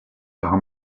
par